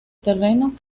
terrenos